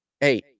hey